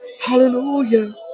hallelujah